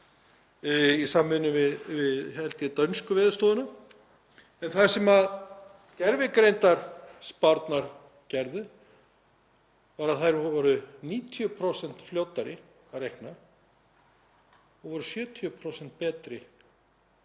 í samvinnu við, held ég, dönsku veðurstofuna. En það sem gervigreindarspárnar gerðu var að þær voru 90% fljótari að reikna og voru 70% betri